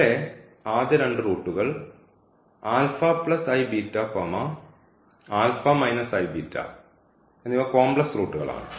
ഇതിലെ ആദ്യ രണ്ട് റൂട്ടുകൾ കോംപ്ലക്സ് റൂട്ടുകളാണ്